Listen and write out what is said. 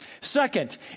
Second